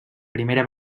primera